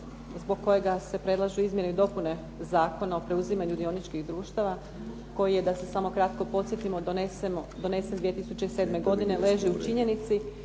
zbog kojega se predlažu izmjene i dopune zakona o preuzimanju dioničkih društava koji je, da se samo kratko podsjetimo donesen 2007. godine leži u činjenici